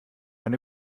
eine